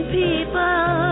people